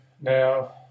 Now